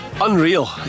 Unreal